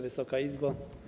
Wysoka Izbo!